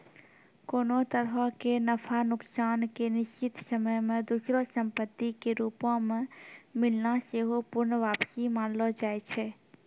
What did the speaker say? कोनो तरहो के नफा नुकसान के निश्चित समय मे दोसरो संपत्ति के रूपो मे मिलना सेहो पूर्ण वापसी मानलो जाय छै